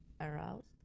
aroused